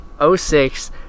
06